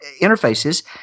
interfaces